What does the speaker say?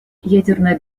ядерная